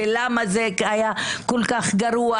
למה זה היה כל כך גרוע,